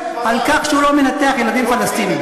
על כך שהוא לא מנתח ילדים פלסטינים.